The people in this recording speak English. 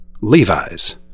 Levi's